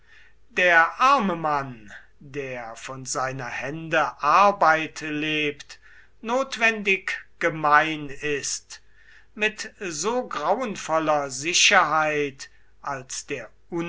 der arme mann der von seiner hände arbeit lebt notwendig gemein ist mit so grauenvoller sicherheit als der